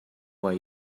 way